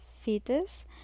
fetus